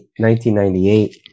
1998